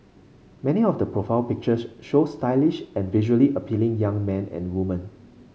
many of the profile pictures show stylish and visually appealing young men and woman